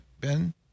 Ben